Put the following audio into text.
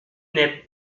n’es